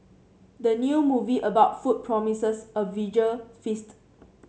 the new movie about food promises a visual feast